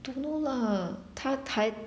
don't know lah 她还